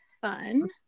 fun